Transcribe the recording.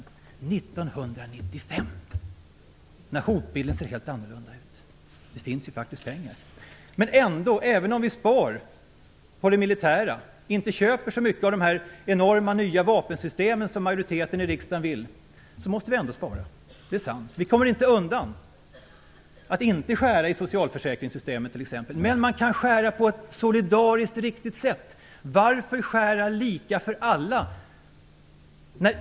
Detta gör man nu - 1995 - när hotbilden ser helt annorlunda ut. Det finns faktiskt pengar. Även om vi sparar på det militära och inte köper så mycket av de här enorma, nya vapensystemen som majoriteten i riksdagen vill, måste vi ändå spara. Det är sant. Vi kommer inte undan att t.ex. skära i socialförsäkringssystemen. Men man kan skära på ett solidariskt riktigt sätt. Varför skära lika för alla?